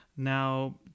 Now